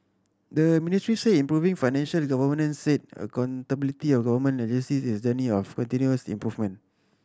the Ministry said improving financial governance and accountability of government agencies is a journey of continuous improvement